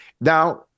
Now